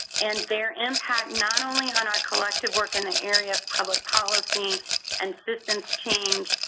and, their impact not only on our collective work in the area public policy and systems change,